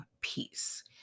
peace